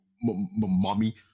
mommy